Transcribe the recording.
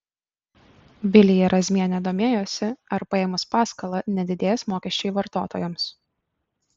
vilija razmienė domėjosi ar paėmus paskolą nedidės mokesčiai vartotojams